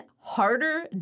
harder